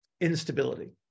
instability